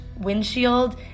windshield